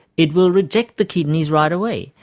it will reject the kidneys right away.